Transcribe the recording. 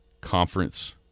conference